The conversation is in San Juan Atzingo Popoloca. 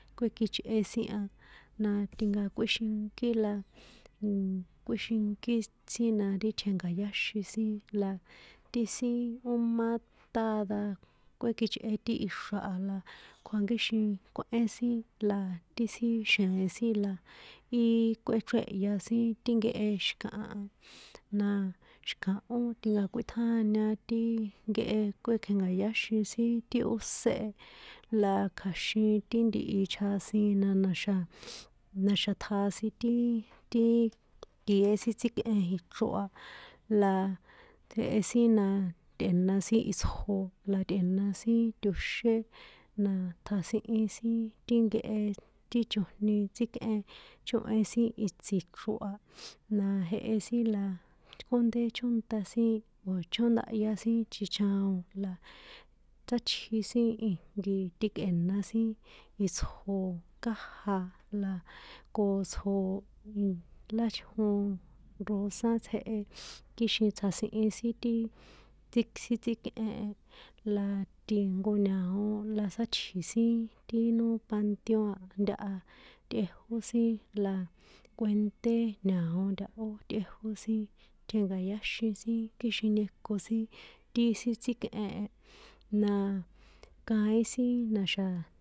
Kuekjichꞌe sin a, na tinkakꞌuíxinkí la, nnn, kꞌuíxinkí si, sin na ti tjenka̱yáxin sin la ti siiin ó má táda kuekichꞌe ti ixra̱ a la kjuankíxin kꞌuén sin la ti sin xjee̱n sin la í kꞌuéchrèhya sin ti nkehe xi̱kaha na xi̱kahó tinkákꞌuítjáña ti nkehe kuekjenka̱yáxin sin ti ósé e, la kja̱xin ti ntihi chjasin na na̱xa̱, na̱xa̱ tjasin ti, ti kié sin tsíkꞌen ichro a la jehe sin na tꞌe̱na sin itsjo na tꞌe̱na sin toxé na tjasihin sin ti nkehe, ti chojni tsíkꞌen chóhen sin itsi chro a, na jehe sin la kjónde chónta sin o̱ chóndahya sin chichaon la sátji sin ijnki tikꞌe̱na sin itsjo kája la ko tsjo láchjon rosa tsjehe kixin tsjasihin sin ti si, sí tsíkꞌen a, la ti nkoña̱o la sátji̱ sin ti no panteo a ntaha tꞌejó sin la kuenté ña̱o ntahó tꞌejó sin tjenka̱yáxin sin kixin nieko sin ti sin tsíkꞌen e, na, kaín sin na̱xa̱.